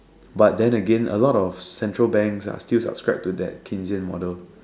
but then again a lot of central banks ah still subscribe to that keynesian model